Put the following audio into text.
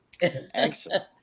Excellent